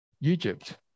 Egypt